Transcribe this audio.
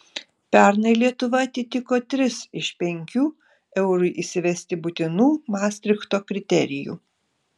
pernai lietuva atitiko tris iš penkių eurui įsivesti būtinų mastrichto kriterijų